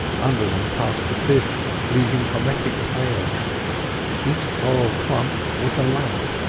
under them passed the fish, leaving cometic tails each coral clump was a lamp,